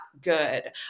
good